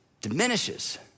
diminishes